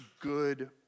good